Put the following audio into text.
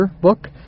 book